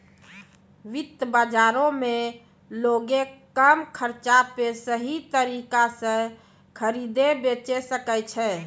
वित्त बजारो मे लोगें कम खर्चा पे सही तरिका से खरीदे बेचै सकै छै